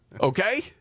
Okay